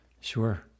Sure